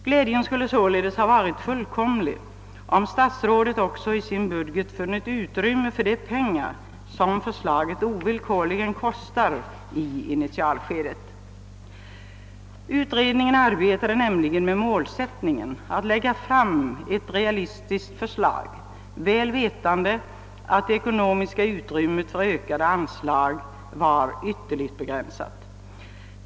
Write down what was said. Glädjen skulle således ha varit fullkomlig, om statsrådet också i sin budget funnit utrymme för de pengar som förslaget ovillkorligen kostar i initialskedet. Utredningen arbetade nämligen med målsättningen att lägga fram ett realistiskt förslag, väl vetande att det ekonomiska utrymmet för ökade anslag var ytterligt begränsat.